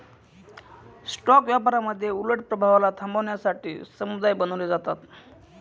stock व्यापारामध्ये उलट प्रभावाला थांबवण्यासाठी समुदाय बनवले जातात